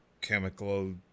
chemical